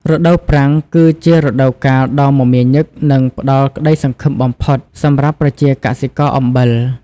រដូវប្រាំងគឺជារដូវកាលដ៏មមាញឹកនិងផ្តល់ក្តីសង្ឃឹមបំផុតសម្រាប់ប្រជាកសិករអំបិល។